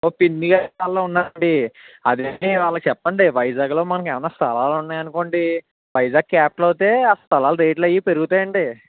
ఓ పిన్నిగారు వాళ్ళు ఉన్నారండి అదేనండి వాళ్ళకి చెప్పండి వైజాగ్లో మనకు ఏమన్న స్థలాలు ఉన్నాయి అనుకోండి వైజాగ్ క్యాపిటల్ అయితే ఆ స్థలాలు రేట్లు అవి పెరిగితాయి అండి